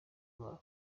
babo